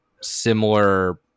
similar